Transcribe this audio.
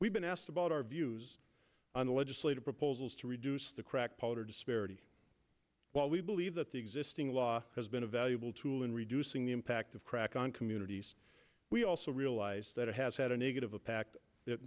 we've been asked about our views on the legislative proposals to reduce the crack pot or disparity while we believe that the listing law has been a valuable tool in reducing the impact of crack on communities we also realize that it has had a negative a pac